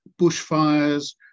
bushfires